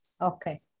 Okay